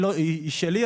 היא שלי,